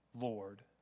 Lord